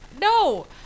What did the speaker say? No